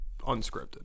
unscripted